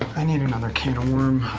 i need another can-of-worm.